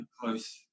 close